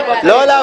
אדוני, לא להפריע.